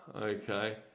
okay